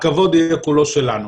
הכבוד יהיה כולנו שלנו.